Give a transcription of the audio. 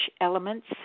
elements